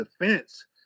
defense